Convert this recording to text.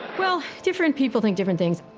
well, different people think different things.